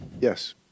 Yes